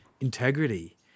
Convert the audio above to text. integrity